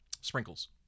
Sprinkles